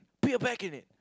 put it back in it